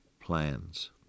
plans